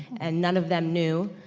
and none of them knew,